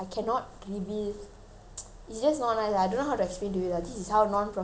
it's just not nice lah I don't know how to explain to you lah this is how the how non-profit organisations work okay